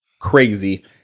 crazy